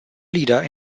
leader